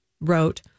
wrote